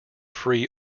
free